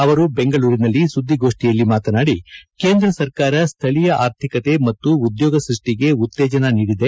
ಅವರು ಬೆಂಗಳೂರಿನಲ್ಲಿ ಸುದ್ದಿಗೋಷ್ಠಿಯಲ್ಲಿಂದು ಮಾತನಾದಿ ಕೇಂದ್ರ ಸರ್ಕಾರ ಸ್ಥಳೀಯ ಆರ್ಥಿಕತೆ ಮತ್ತು ಉದ್ಯೋಗ ಸೃಷ್ಟಿಗೆ ಉತ್ತೇಜನ ನೀಡಿದೆ